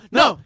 no